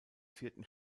vierten